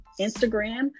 Instagram